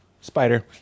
spider